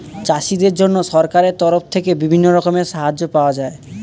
চাষীদের জন্য সরকারের তরফ থেকে বিভিন্ন রকমের সাহায্য পাওয়া যায়